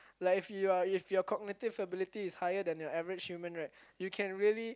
like if you are if your cognitive ability is higher than your average human right you can really